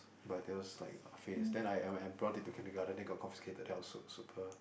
but there was like a face then I would have when I bought it to Kindergarten then it got confiscated then I su~ super